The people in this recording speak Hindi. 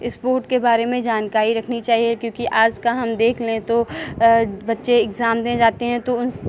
स्पोर्ट के बारे में जानकारी रखनी चाहिए क्योंकि आज का हम देख लें तो बच्चे एग्ज़ाम देने जाते हैं तो उस